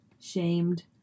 shamed